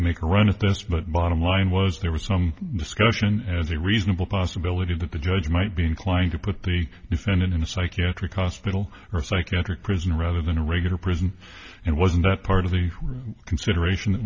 make a run at this but bottom line was there was some discussion as a reasonable possibility that the judge might be inclined to put the defendant in a psychiatric hospital or psychiatric prison rather than a regular prison and was not part of the consideration